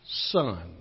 Son